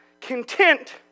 content